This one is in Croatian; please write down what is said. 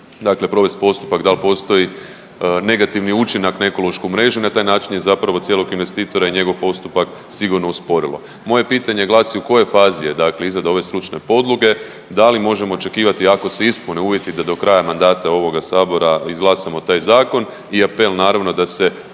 dakle provesti postupak da li postoji negativni učinak na ekološku mrežu i na taj način je zapravo cijelog investitora i njegov postupak sigurno usporilo. Moje pitanje glasi u kojoj fazi je, dakle izrada ove stručne podloge. Da li možemo očekivati ako se ispune uvjeti da do kraja mandata ovoga Sabora izglasamo taj zakon i apel naravno da se